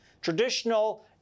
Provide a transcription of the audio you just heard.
traditional